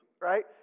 right